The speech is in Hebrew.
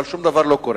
אבל שום דבר לא קורה,